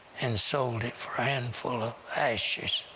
and sold it for a handful of ashes.